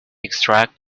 extract